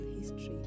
history